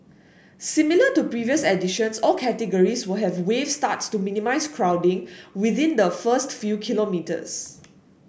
similar to previous editions all categories will have wave starts to minimise crowding within the first few kilometres